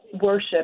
worship